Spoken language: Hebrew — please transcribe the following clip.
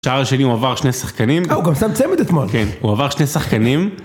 שער השני הוא עבר שני שחקנים. אה, הוא גם שם צמד אתמול. כן, הוא עבר שני שחקנים.